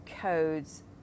codes